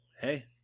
Hey